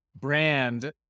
brand